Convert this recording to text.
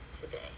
today